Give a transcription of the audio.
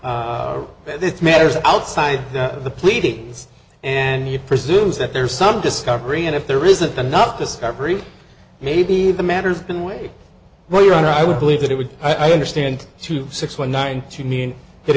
hear this matters outside of the pleadings and you presumes that there's some discovery and if there isn't enough discovery maybe the matters been way well your honor i would believe that it would be i understand two six one nine to mean that